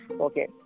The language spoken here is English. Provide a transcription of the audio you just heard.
Okay